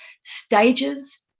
stages